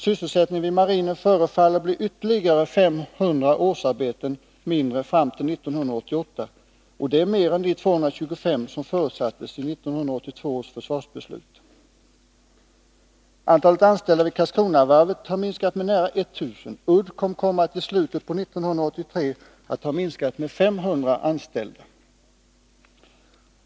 Sysselsättningsminskningen vid marinen förefaller bli ytterligare 500 årsarbeten fram till 1987/88, vilket är långt mera än de 225 som förutsattes i 1982 års försvarsbeslut. Antalet anställda vid Karlskronavarvet har minskat med nära 1000. Uddcomb kommer att i slutet på 1983 ha minskat med 500 anställda.